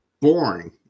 boring